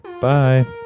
bye